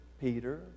Peter